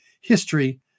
history